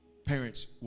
Parents